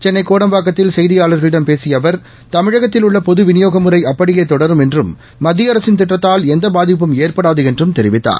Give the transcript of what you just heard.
சென்னை கோடம்பாக்கத்தில் செய்தியாளர்களிடம் பேசிய அவர் தமிழகத்தில் உள்ள பொதுவிநியோக முறை அப்படியே தொடரும் என்றும் மத்திய அரசின் திட்டத்தால் எந்த பாதிப்பும் ஏற்படாது என்றும் தெரிவித்தார்